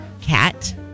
cat